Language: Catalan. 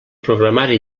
programari